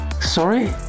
Sorry